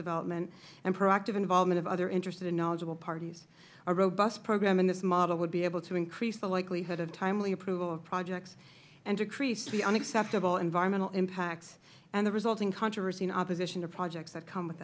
development and proactive involvement of other interested and knowledgeable parties a robust program in this model would be able to increase the likelihood of timely approval of projects and decrease the unacceptable environmental impacts and the resulting controversy and opposition to projects that come with